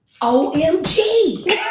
omg